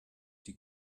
die